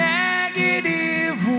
negative